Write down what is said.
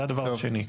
זה הדבר השני.